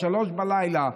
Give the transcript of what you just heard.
ב-03:00,